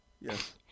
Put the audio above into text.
Yes